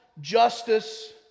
justice